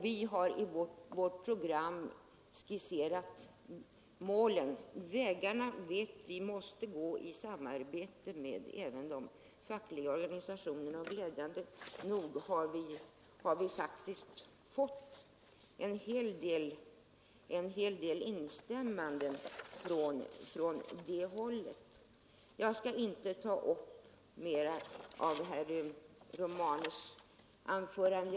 Vi har i vårt program skisserat målen — vi vet att vägar måste finnas i samarbete med även de fackliga organisationerna, och glädjande nog har vi faktiskt fått en hel del instämmanden från det hållet. Jag skall inte ta upp mer av herr Romanus anförande.